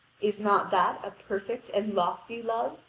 is not that a perfect and lofty love?